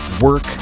work